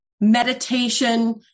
meditation